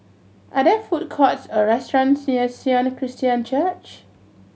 are there food courts or restaurants near Sion Christian Church